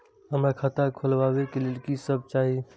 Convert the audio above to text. हमरा खाता खोलावे के लेल की सब चाही?